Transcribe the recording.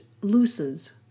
looses